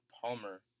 Palmer